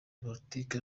politiki